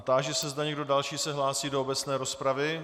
Táži se, zda někdo další se hlásí do obecné rozpravy.